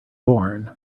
born